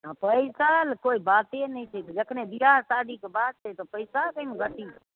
हँ पैसा ला कोइ बाते नहि छै जखने बिआह शादीके बात छै तऽ पैसाके एइमे कथीके